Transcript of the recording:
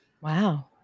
Wow